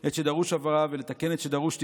את שדרוש הבהרה ולתקן את שדרוש תיקון.